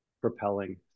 propelling